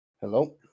Hello